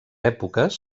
èpoques